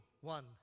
one